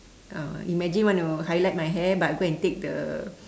uh imagine want to highlight my hair but go and take the